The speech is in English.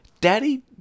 Daddy